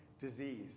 disease